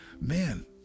Man